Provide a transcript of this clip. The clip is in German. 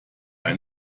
ein